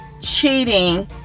cheating